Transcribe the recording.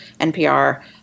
NPR